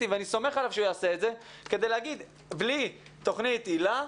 - ואני סומך עליו שהוא יעשה את זה כדי להגיד שבלי תוכנית היל"ה,